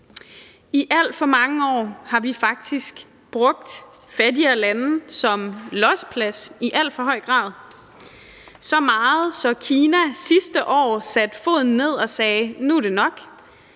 I alt for mange år har vi faktisk brugt fattigere lande som losseplads i alt for høj grad. Så meget, så Kina sidste år satte foden ned og sagde: Nu er det nok,